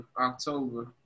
October